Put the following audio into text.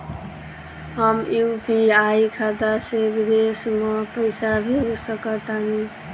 हम यू.पी.आई खाता से विदेश म पइसा भेज सक तानि?